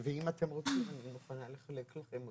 ואם אתם רוצים אני גם מוכנה לחלק לכם אותה.